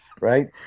Right